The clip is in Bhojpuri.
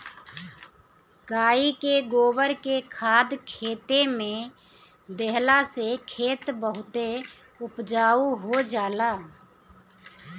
गाई के गोबर के खाद खेते में देहला से खेत बहुते उपजाऊ हो जाला